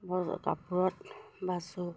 বজ কাপোৰত বাচোঁ